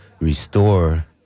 restore